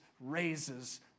raises